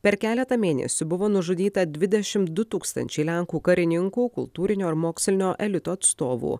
per keletą mėnesių buvo nužudyta dvidešimt du tūkstančiai lenkų karininkų kultūrinio ar mokslinio elito atstovų